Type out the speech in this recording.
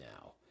now